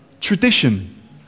tradition